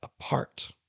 apart